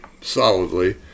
solidly